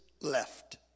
left